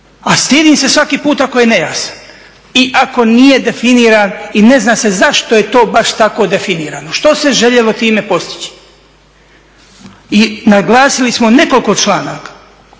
A stidim se svaki put ako je nejasan i ako nije definiran i ne zna se zašto je baš to tako definirano, što se željelo time postići. I naglasili smo nekoliko članaka,